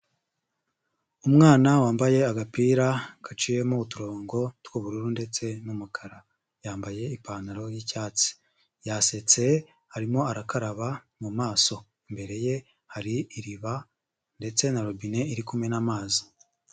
Umwana wambaye agapira gaciyemo uturongo tw'ubururu ndetse n'umukara, yambaye ipantaro y'icyatsi yasetse arimo arakaraba mu maso, imbere ye hari iriba ndetse na robine iri kumena amazi.